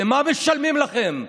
למה משלמים לכם?